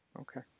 Okay